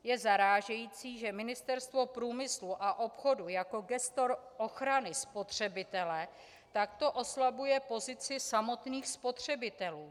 Je zarážející, že Ministerstvo průmyslu a obchodu jako gestor ochrany spotřebitele takto oslabuje pozici samotných spotřebitelů.